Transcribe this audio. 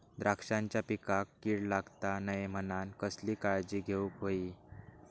द्राक्षांच्या पिकांक कीड लागता नये म्हणान कसली काळजी घेऊक होई?